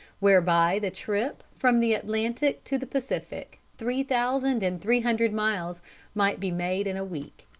whereby the trip from the atlantic to the pacific three thousand and three hundred miles might be made in a week.